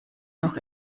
noch